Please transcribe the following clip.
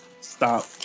stop